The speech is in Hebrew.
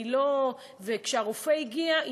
כשהרופא הגיע,